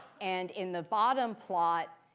and in the bottom plot,